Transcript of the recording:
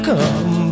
Come